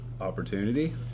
opportunity